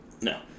No